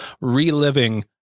reliving